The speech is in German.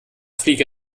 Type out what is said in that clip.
fliege